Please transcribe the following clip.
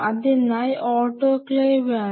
അതിനായി ഓട്ടോക്ലേവ് വേണം